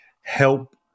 help